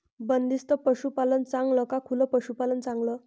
बंदिस्त पशूपालन चांगलं का खुलं पशूपालन चांगलं?